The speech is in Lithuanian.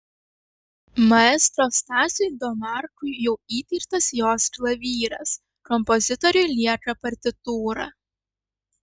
maestro stasiui domarkui jau įteiktas jos klavyras kompozitoriui lieka partitūra